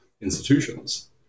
institutions